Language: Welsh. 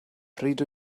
pryd